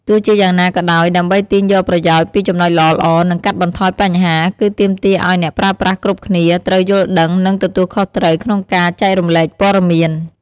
ទោះជាយ៉ាងណាក៏ដោយ ដើម្បី ទាញយកប្រយោជន៍ ពី ចំណុចល្អៗ និង កាត់បន្ថយបញ្ហា គឺទាមទារឱ្យ អ្នកប្រើប្រាស់គ្រប់គ្នា ត្រូវ យល់ដឹង និង ទទួលខុសត្រូវ ក្នុងការ ចែករំលែកព័ត៌មាន។